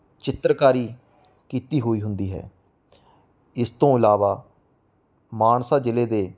ਚਿੱਤਰਕਾਰੀ ਕੀਤੀ ਹੋਈ ਹੁੰਦੀ ਹੈ ਇਸ ਤੋਂ ਇਲਾਵਾ ਮਾਨਸਾ ਜ਼ਿਲ੍ਹੇ ਦੇ